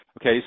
Okay